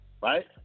Right